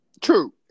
True